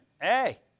hey